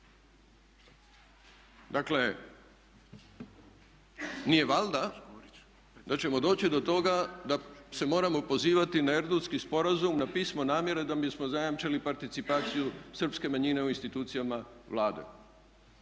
Dakle nije valjda da ćemo doći do toga da se moramo pozivati na Erdutski sporazum, na pismo namjere da bismo zajamčili participaciju srpske manjine u institucijama Vlade?